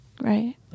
right